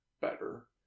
better